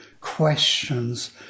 questions